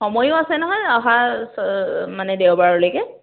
সময়ো আছে নহয় অহা মানে দেওবাৰলৈকে